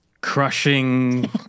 crushing